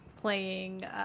playing